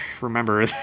remember